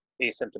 asymptomatic